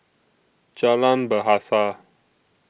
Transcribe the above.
Jalan Bahasa